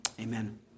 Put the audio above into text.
Amen